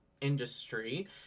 industry